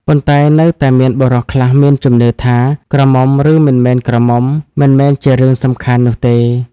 ប៉ុន្តែនៅតែមានបុរសខ្លះមានជំនឿថា ក្រមុំ ឬមិនមែនក្រមុំ មិនមែនជារឿងសំខាន់នោះទេ។